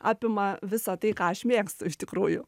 apima visa tai ką aš mėgstu iš tikrųjų